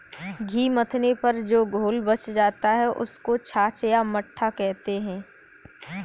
घी मथने पर जो घोल बच जाता है, उसको छाछ या मट्ठा कहते हैं